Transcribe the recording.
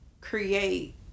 create